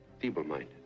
feeble-minded